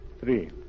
Three